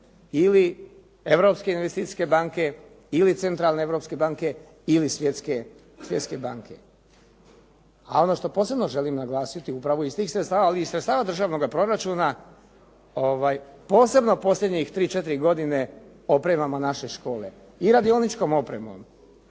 ili Europske investicijske banke ili Centralne europske banke, ili Svjetske banke. A ono što posebno želim naglasiti upravo iz tih sredstava ali i sredstava državnoga proračuna. Posebno posljednjih tri, četiri godine opremamo naše škole i radioničkom opremom,